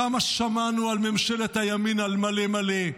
כמה שמענו על ממשלת הימין על מלא מלא,